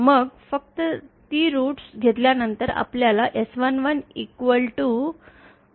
मग फक्त ती मुळे घेतल्यानंतर आपल्याला S 11